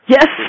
Yes